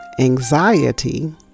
anxiety